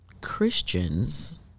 Christians